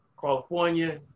California